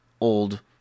old